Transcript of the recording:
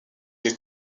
les